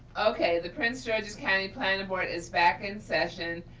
okay, the prince george's county planning board is back in session.